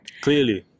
Clearly